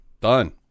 Done